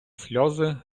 сльози